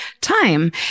time